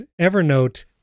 Evernote